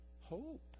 hope